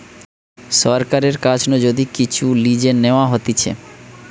সরকারের কাছ নু যদি কিচু লিজে নেওয়া হতিছে